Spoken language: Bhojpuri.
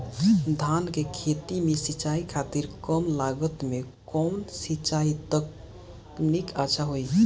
धान के खेती में सिंचाई खातिर कम लागत में कउन सिंचाई तकनीक अच्छा होई?